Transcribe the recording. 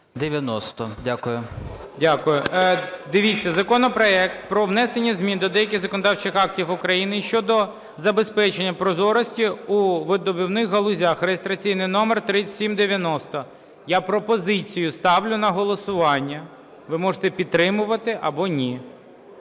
Дивіться, законопроект про внесення змін до деяких законодавчих актів України щодо забезпечення прозорості у видобувних галузях (реєстраційний номер 3790). Я пропозицію ставлю на голосування. Ви можете підтримувати або ні.